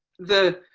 the